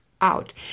out